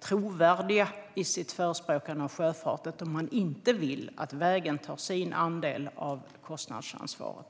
trovärdiga i sitt förespråkande av sjöfarten om de inte vill att vägen tar sin andel av kostnadsansvaret.